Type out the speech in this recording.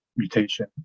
Mutation